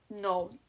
no